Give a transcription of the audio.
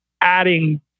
adding